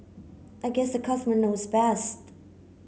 I guess the customer knows best